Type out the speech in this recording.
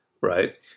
right